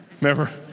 Remember